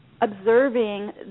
observing